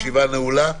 הישיבה נעולה.